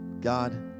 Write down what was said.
God